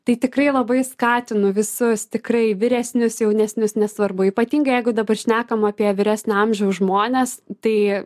tai tikrai labai skatinu visus tikrai vyresnius jaunesnius nesvarbu ypatingai jeigu dabar šnekam apie vyresnio amžiaus žmones tai